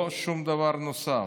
לא שום דבר נוסף.